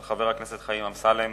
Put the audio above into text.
של חבר הכנסת חיים אמסלם,